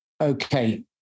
Okay